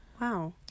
Wow